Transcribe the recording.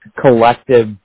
collective